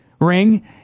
ring